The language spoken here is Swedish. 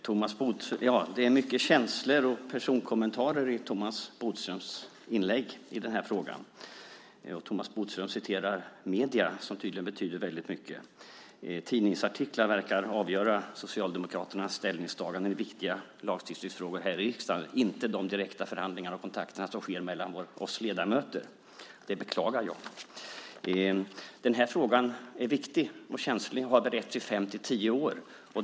Herr talman! Det är mycket känslor och personkommentarer i Thomas Bodströms inlägg i den här frågan. Thomas Bodström citerar medierna som tydligen betyder väldigt mycket. Tidningsartiklar verkar avgöra Socialdemokraternas ställningstagande i viktiga lagstiftningsfrågor här i riksdagen - inte de direkta förhandlingar och kontakter som sker mellan oss ledamöter. Det beklagar jag. Den här frågan är viktig och känslig. Den har beretts i fem-tio år.